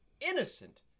innocent